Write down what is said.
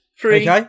Three